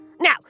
Now